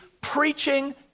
preaching